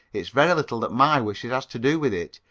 it's very little that my wishes has to do with it!